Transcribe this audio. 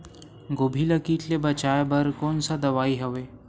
गोभी ल कीट ले बचाय बर कोन सा दवाई हवे?